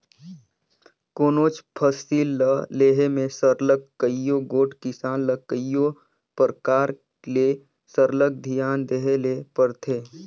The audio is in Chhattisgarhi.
कोनोच फसिल ल लेहे में सरलग कइयो गोट किसान ल कइयो परकार ले सरलग धियान देहे ले परथे